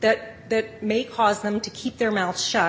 that may cause them to keep their mouths sh